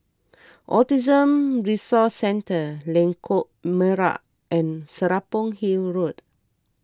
Autism Resource Centre Lengkok Merak and Serapong Hill Road